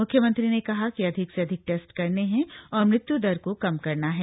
म्ख्यमंत्री ने कहा कि अधिक से अधिक टेस्ट करने हैं और मृत्य् दर को कम करना है